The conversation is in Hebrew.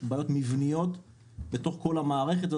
יש בעיות מבניות בתוך כל המערכת הזו